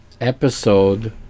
episode